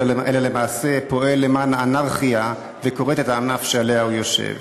אלא למעשה פועל למען האנרכיה וכורת את הענף שעליו הוא יושב.